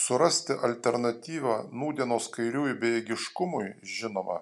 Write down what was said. surasti alternatyvą nūdienos kairiųjų bejėgiškumui žinoma